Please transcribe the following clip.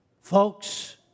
Folks